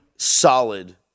Solid